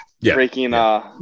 breaking